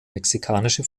mexikanische